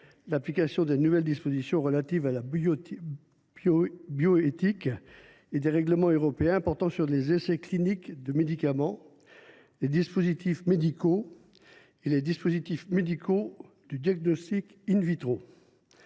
l’application des nouvelles dispositions relatives à la bioéthique et des règlements européens portant sur les essais cliniques de médicaments, les dispositifs médicaux et les méthodes de diagnostic.